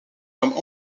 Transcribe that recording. comme